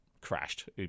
crashed